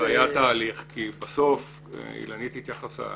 זה היה תהליך כי בסוף אילנית התייחסה.